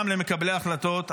גם למקבלי ההחלטות,